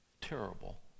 terrible